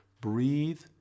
Breathe